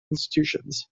institutions